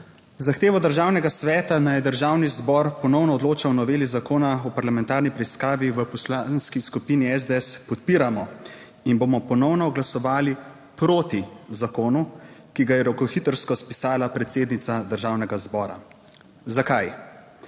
zahtevo Državnega sveta naj Državni zbor ponovno odloča o noveli Zakona o parlamentarni preiskavi, v Poslanski skupini SDS podpiramo in bomo ponovno glasovali proti zakonu, ki ga je rokohitrsko spisala predsednica Državnega zbora. Zakaj?